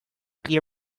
clear